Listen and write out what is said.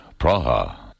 Praha